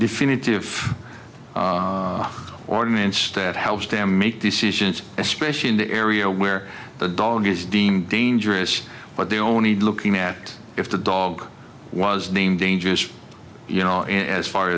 definitive ordinance that helps them make decisions especially in the area where the dog is deemed dangerous but they only looking at if the dog was deemed dangerous you know and as far